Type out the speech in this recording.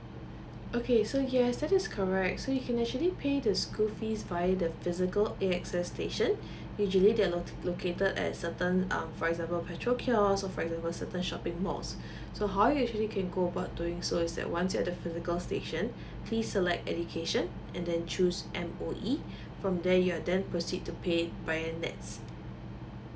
okay so yes that is correct so you can actually pay the school fees by the physical A_X_S station usually they are lo~ located at certain um for example petrol kiosk or for example certain shopping malls so how you actually can go about doing so is that once you at the physical station please select education and then choose M_O_E from there you are then proceed to pay via NETS